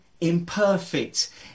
imperfect